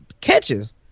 catches